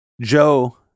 Joe